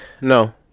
No